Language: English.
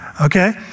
okay